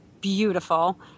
beautiful